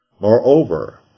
Moreover